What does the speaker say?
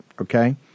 okay